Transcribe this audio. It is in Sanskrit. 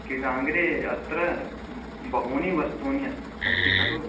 अत्र म् बहूनि वस्तूनि अस् सन्ति खलु